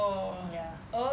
ya